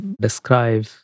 describe